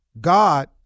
God